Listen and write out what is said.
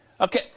Okay